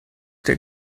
der